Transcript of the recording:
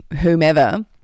whomever